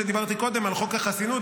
כשדיברתי קודם על חוק החסינות,